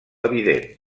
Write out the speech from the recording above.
evident